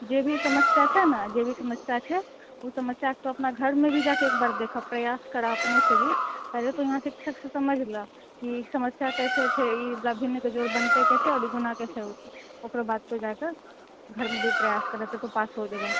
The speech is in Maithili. जे भी समस्या छै नहि जे भी समस्या छै ओ समस्याके तोँ अपना घरमे भी जाके एक बेर देखऽ प्रयास करऽ अपने से भी पहले तोँ यहाँ शिक्षक से समैझ लऽ कि समस्या कइसे छै ई भिन्नके जोड़ बनतै कइसे आओर गुणा कइसे होतै ओकरबाद तोँ जाके घरमे भी प्रयास करऽ तऽ तोँ पास हो जेबऽ